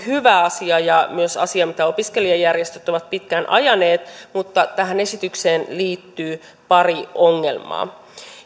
hyvä asia ja myös asia mitä opiskelijajärjestöt ovat pitkään ajaneet mutta tähän esitykseen liittyy pari ongelmaa